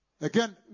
Again